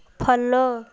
follow